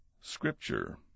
Scripture